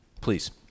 Please